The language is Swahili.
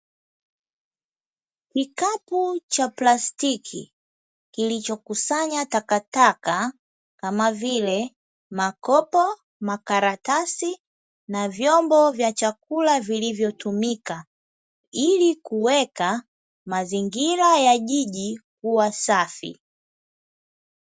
Kikapu cha plastiki kilichokusanya takataka kama vile makopo, makaratasi na vyombo vya chakula vilivyotumika ili kuweka mazingira ya jiji kuwa safi.